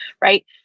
Right